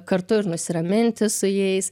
kartu ir nusiraminti su jais